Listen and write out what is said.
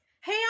Hey